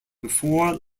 before